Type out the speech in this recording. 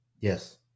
Yes